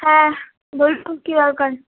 হ্যাঁ বলুন কী দরকার